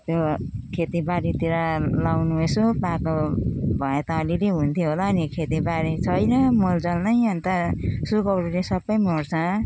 त्यो खेतीपातीतिर लाउनु यसो पाएको भए त अलिअलि हुन्थ्यो होला नि खेतिबारी छैन मलजल नै अनि त सुकौरोले सबै मर्छ